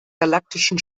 galaktischen